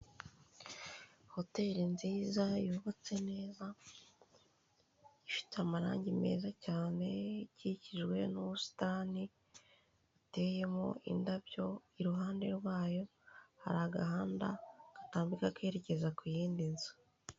Hoteri nziza yubatse neza, ifite amarangi meza cyane, ikikijwe n'ubusitani buteyemo indabyo, iruhande rwayo hari agahanda gatambika kerekeza ku yindi nzu.